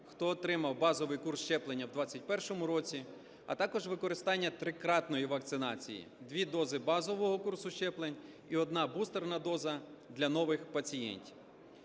хто отримав базовий курс щеплення у 2021 році, а також використання трикратної вакцинації, дві дози базового курсу щеплень і одна бустерна доза, для нових пацієнтів.